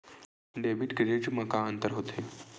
Debit credit मा का अंतर होत हे?